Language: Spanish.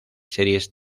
series